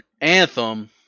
Anthem